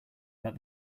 that